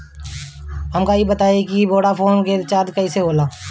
हमका ई बताई कि वोडाफोन के रिचार्ज कईसे होला?